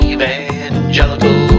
Evangelical